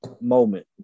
moment